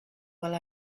while